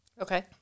okay